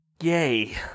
yay